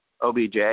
OBJ